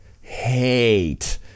hate